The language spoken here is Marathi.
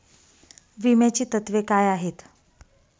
विम्याची तत्वे काय आहेत?